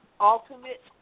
ultimate